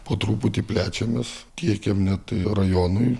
po truputį plečiamės tiekiam net rajonui